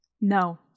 No